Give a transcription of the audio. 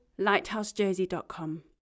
lighthousejersey.com